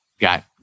got